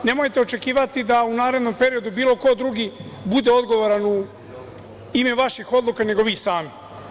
Nemojte očekivati da u narednom periodu bilo ko drugi bude odgovoran u ime vaših odluka, nego vi sami.